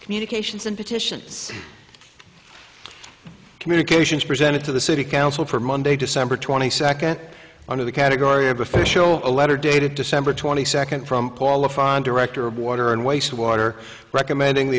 communications and petitions communications presented to the city council for monday december twenty second under the category of official a letter dated december twenty second from paul of fine director of water and wastewater recommending the